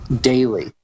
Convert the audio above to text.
daily